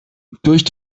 durch